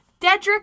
Dedrick